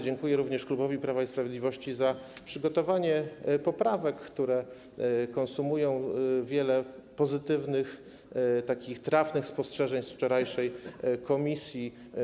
Dziękuję również klubowi Prawa i Sprawiedliwości za przygotowanie poprawek, które konsumują wiele pozytywnych, takich trafnych spostrzeżeń z posiedzenia wczorajszej komisji.